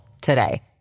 today